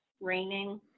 raining